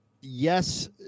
Yes